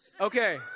Okay